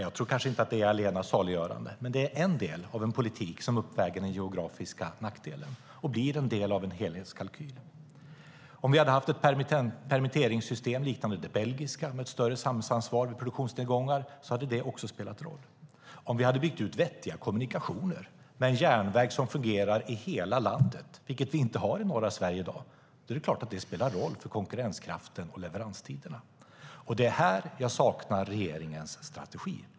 Jag tror kanske inte att det är det allena saliggörande, men det är en del av en politik som uppväger den geografiska nackdelen och blir en del av en helhetskalkyl. Om vi hade haft ett permitteringssystem liknande det belgiska med ett större samhällsansvar vid produktionsnedgångar hade det också spelat roll. Om vi hade byggt ut vettiga kommunikationer, med en järnväg som fungerar i hela landet, vilket vi inte har i norra Sverige i dag, hade det spelat roll. Det är klart att det spelar roll för konkurrenskraften och leveranstiderna. Det är här jag saknar strategi från regeringen.